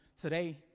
today